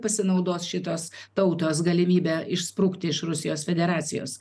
pasinaudos šitos tautos galimybę išsprukti iš rusijos federacijos